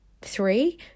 Three